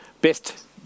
best